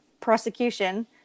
prosecution